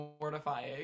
mortifying